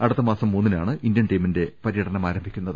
അടുത്ത മാസം മൂന്നിനാണ് ഇന്ത്യൻ ടീമിന്റെ പര്യടനം ആരംഭിക്കുന്നത്